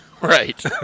Right